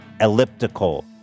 elliptical